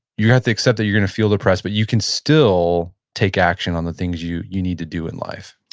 you have to accept that you're going to feel depressed, but you can still take action on the things you you need to do in life.